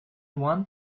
one